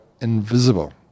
invisible